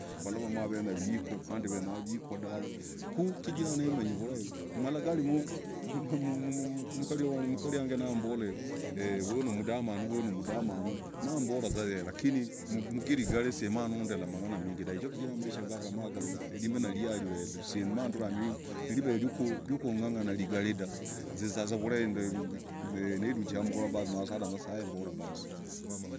Valah. maah wenyah vikhoo valah wenyah vikhoo dahv ku chigirah mamenyi vulai malah gali mmmmmh mkarii uoo mkarii wang nambol ee huyu nimdamanuu mambolah vuzaa yeee lakini mgirigarii semah nondele maganah mnyingi dah chigirah maisha gaa silah liveyakung'ang'ana harigarii dah zizavuzaah vurahi ni nduka hamgorovaa mah salah nye'sa no mbolah basi.